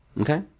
okay